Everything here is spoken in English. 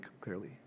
clearly